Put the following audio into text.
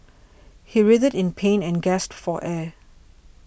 he writhed in pain and gasped for air